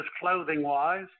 clothing-wise